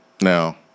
now